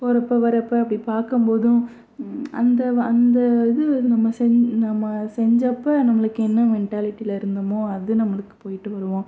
போகிறப்ப வரப்போ இப்படி பார்க்கும் போதும் அந்த அந்த இது நம்ம செஞ் நம்ம செஞ்சப்போ நம்மளுக்கு என்ன மென்டாலிட்டியில் இருந்தமோ அது நம்மளுக்கு போயிட்டு வருவோம்